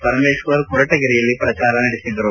ಪರಮೇಶ್ವರ್ ಕೊರಟಗೆರೆಯಲ್ಲಿ ಪ್ರಚಾರ ನಡೆಸಿದರು